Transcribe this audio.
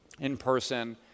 in-person